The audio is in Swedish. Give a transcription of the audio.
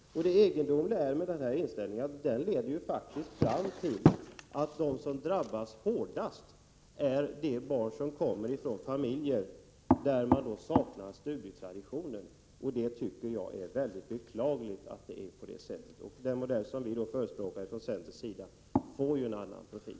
Det egendomliga med denna inställning är att de som drabbas hårdast är barn från familjer där man saknar studietradition. Det tycker jag är beklagligt. Den modell som vi från centern föreslår har en annan profil.